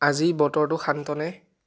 আজি বতৰটো শান্ত নে